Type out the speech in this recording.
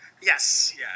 Yes